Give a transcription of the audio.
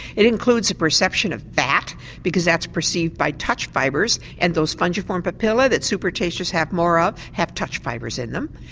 it includes perception of fat because that's perceived by touch fibres and those fungiform papillae that supertasters have more of have touch fibres in them.